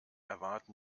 erwarten